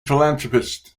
philanthropist